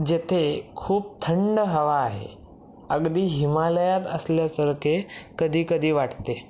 जेथे खूप थंड हवा आहे अगदी हिमालयात असल्यासारखे कधीकधी वाटते